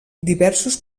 diversos